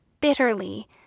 bitterly